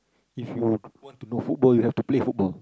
if you would want to know football you have to play football